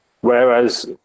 Whereas